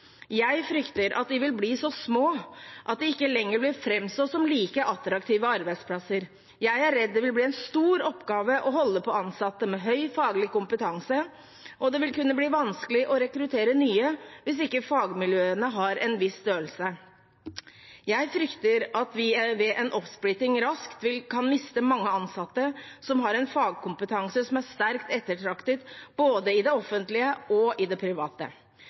Jeg frykter at de vil bli så små at de ikke lenger vil framstå som like attraktive arbeidsplasser. Jeg er redd det vil bli en stor oppgave å holde på ansatte med høy faglig kompetanse, og det vil kunne bli vanskelig å rekruttere nye hvis ikke fagmiljøene har en viss størrelse. Jeg frykter at vi ved en oppsplitting raskt kan miste mange ansatte som har en fagkompetanse som er sterkt ettertraktet både i det offentlige og i det private.